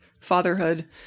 Fatherhood